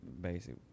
basic